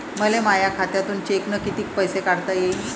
मले माया खात्यातून चेकनं कितीक पैसे काढता येईन?